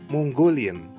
Mongolian